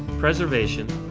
preservation,